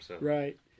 Right